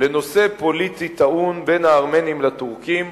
לנושא פוליטי טעון בין הארמנים לטורקים,